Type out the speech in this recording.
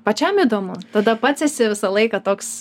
pačiam įdomu tada pats esi visą laiką toks